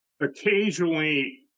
Occasionally